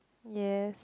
yes